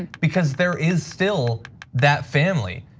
and because there is still that family.